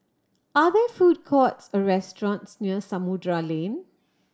are there food courts or restaurants near Samudera Lane